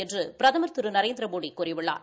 என்று பிரதமர் திரு நரேந்திரமோடி கூறியுள்ளார்